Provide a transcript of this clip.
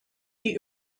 die